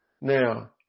Now